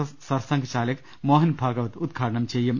S Sarsanghchalak Mohan Bhagwat ഉദ്ഘാടനം ചെയ്യും